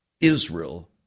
Israel